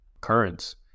currents